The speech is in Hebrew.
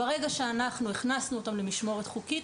ברגע שאנחנו הכנסנו אותם למשמורת חוקית,